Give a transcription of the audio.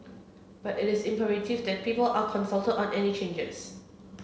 but it is imperative that people are consulted on any changes